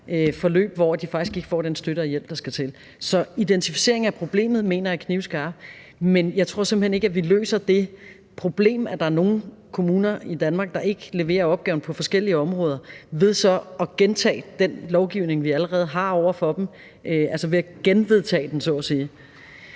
forløb, hvor de faktisk ikke får den støtte og hjælp, der skal til. Så identificering af problemet mener jeg er en knivskarpt, men jeg tror ikke, at vi løser det problem, at der er nogle kommuner i Danmark, der ikke leverer opgaven på forskellige områder, ved så at gentage den lovgivning, vi allerede har over for dem, altså ved at genvedtage den, om man så